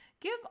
Give